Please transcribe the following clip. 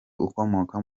ukomoka